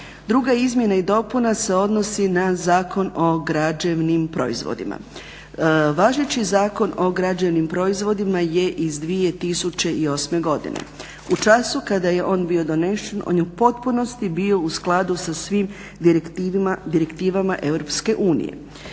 Druga izmjena i dopuna se odnosi na Zakon o građevnim proizvodima. Važeći Zakon o građevnim proizvodima je iz 2008. godine. U času kada je on bio donesen on je u potpunosti bio u skladu sa svim direktivama